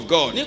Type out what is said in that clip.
God